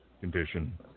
condition